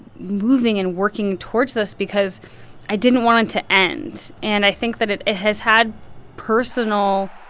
moving and working towards this because i didn't want it to end. and i think that it it has had personal